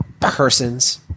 persons